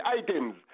items